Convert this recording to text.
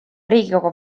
riigikogu